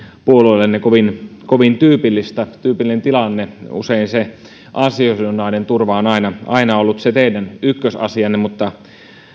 puolueellenne kovin kovin tyypillinen tyypillinen tilanne usein se ansiosidonnainen turva on ollut se teidän ykkösasianne mutta